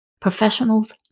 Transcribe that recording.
Professionals